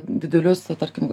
didelius tarkim